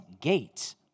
gate